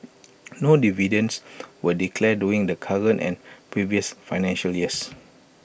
no dividends were declared during the current and previous financial years